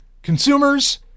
consumers